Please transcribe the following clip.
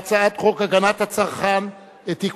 ההצעה להעביר את הצעת חוק הגנת הצרכן (תיקון,